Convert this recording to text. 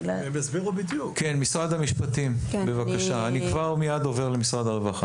אני רוצה להשלים.